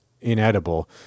inedible